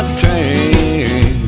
train